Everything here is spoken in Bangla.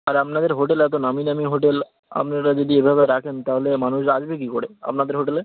আর আপনাদের হোটেল এত নামি দামি হোটেল আপনারা যদি এভাবে রাখেন তাহলে মানুষ আসবে কি করে আপনাদের হোটেলে